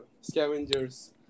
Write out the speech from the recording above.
scavengers